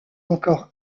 encore